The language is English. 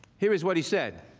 here is what he said.